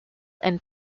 and